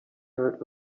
heard